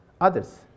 others